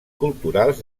culturals